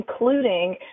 including